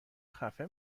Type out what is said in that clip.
خفه